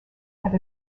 have